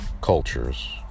cultures